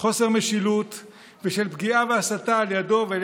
וחוסר משילות ושל פגיעה והסתה על ידו ועל